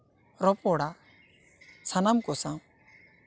ᱨᱚᱯᱚᱲᱟ ᱥᱟᱱᱟᱢ ᱠᱚ ᱥᱟᱶ